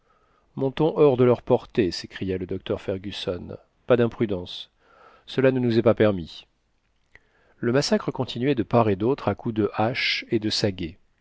montons hors de leur portée s'écria le docteur fergusson pas d'imprudence cela ne nous est pas permis le massacre continuait de part et d'autre à coups de haches et de